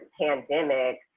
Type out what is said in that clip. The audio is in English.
pandemic